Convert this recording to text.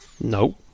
Nope